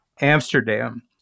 Amsterdam